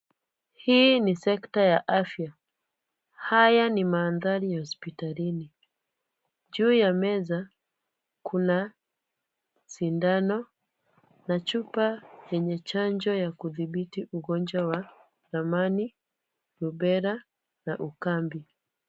Hii ni sekta ya afya. Haya ni mandhari ya hospitalini. Juu ya meza kuna sindano na chupa yenye chanjo kudhibiti ugonjwa wa ramani, upera na ukambi.